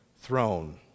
throne